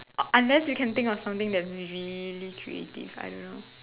unless you can think of something that's really creative I don't know